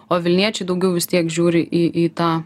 o vilniečiai daugiau vis tiek žiūri į į tą